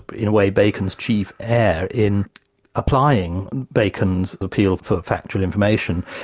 in a way, bacon's chief heir in applying bacon's appeal for factual information,